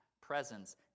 presence